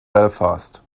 belfast